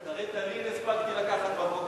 את ה"ריטלין" הספקתי לקחת בבוקר.